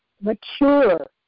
mature